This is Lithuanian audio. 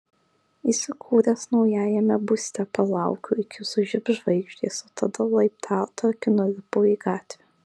įsikūręs naujajame būste palaukiau iki sužibs žvaigždės o tada laiptatakiu nulipau į gatvę